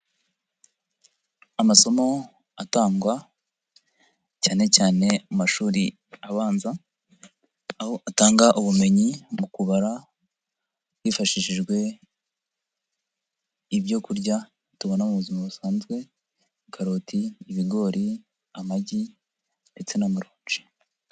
Amasomo atangwa cyane cyane amashuri abanza, aho atanga ubumenyi mu kubara, hifashishijwe ibyo kurya tubona mu buzima busanzwe, karoti, ibigori, amagi ndetse n'amaronji.